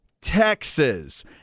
Texas